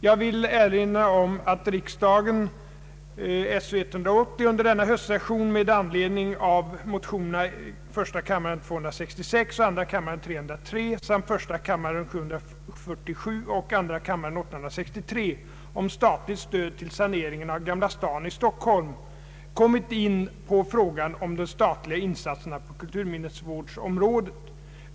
Jag vill erinra om att riksdagen under denna höstsession med anledning av motionerna 1: 266 och II: 303 samt I: 747 och II: 863 om statligt stöd till saneringen av Gamla Stan i Stockholm kommit in på frågan om de statliga insatserna på kulturminnesvårdsområdet.